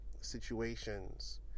situations